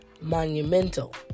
monumental